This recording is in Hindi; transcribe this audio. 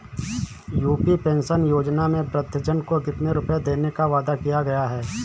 यू.पी पेंशन योजना में वृद्धजन को कितनी रूपये देने का वादा किया गया है?